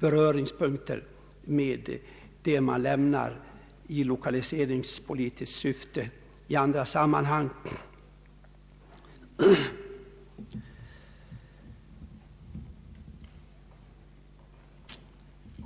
beröringspunkter med vad som i lokaliseringspolitiskt syfte lämnas i andra sammanhang, ge ett sådant stöd?